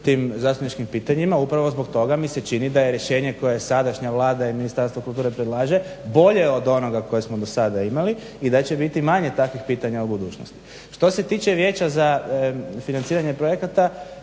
tim zastupničkim pitanjima. Upravo zbog toga mi se čini da je rješenje koje je sadašnja Vlada i Ministarstvo kulture predlaže bolje od onoga koje smo sada imali i da će biti manje takvih pitanja u budućnosti. Što se tiče vijeća za financiranje projekata